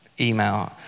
email